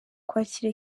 kwakira